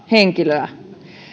henkilöä